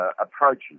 approaches